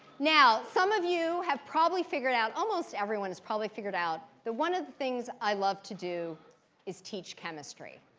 now, some of you have probably figured out almost everyone has probably figured out that one of the things i love to do is teach chemistry.